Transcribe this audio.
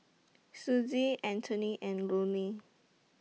Sussie Antony and Lonie